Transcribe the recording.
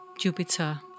Jupiter